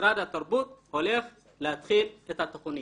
משרד התרבות הולך להתחיל את התכנית.